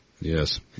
Yes